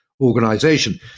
organization